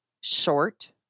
Short